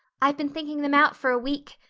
i've been thinking them out for a week.